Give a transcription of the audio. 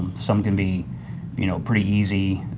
some can be you know pretty easy,